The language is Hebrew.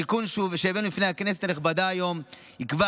התיקון שהבאנו לפני הכנסת הנכבדה היום יקבע